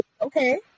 okay